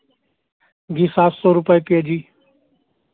जी सात सौ रुपए के जी